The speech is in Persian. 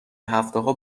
هفتهها